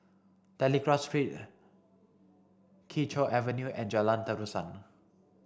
Telegraph Street Kee Choe Avenue and Jalan Terusan